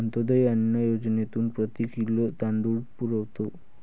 अंत्योदय अन्न योजनेतून प्रति किलो तांदूळ पुरवतो